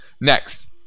Next